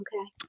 Okay